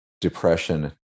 depression